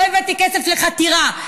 לא הבאתי כסף לחתירה,